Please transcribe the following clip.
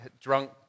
drunk